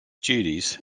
duties